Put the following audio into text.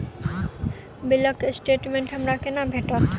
बिलक स्टेटमेंट हमरा केना भेटत?